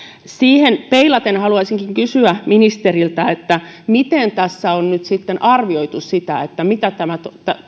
siihen peilaten haluaisinkin kysyä ministeriltä miten tässä on nyt sitten arvioitu sitä mitä tämä